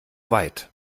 weit